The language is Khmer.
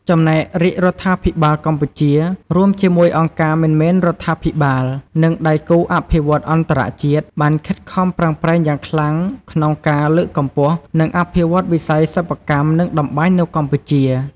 ចំណែករាជរដ្ឋាភិបាលកម្ពុជា រួមជាមួយអង្គការមិនមែនរដ្ឋាភិបាល និងដៃគូអភិវឌ្ឍន៍អន្តរជាតិ បានខិតខំប្រឹងប្រែងយ៉ាងខ្លាំងក្នុងការ លើកកម្ពស់ និងអភិវឌ្ឍន៍វិស័យសិប្បកម្ម និងតម្បាញនៅកម្ពុជា។